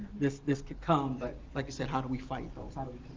this this could come, but like you said, how do we fight those, how do we